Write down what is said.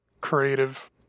creative